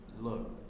look